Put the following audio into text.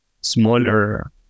smaller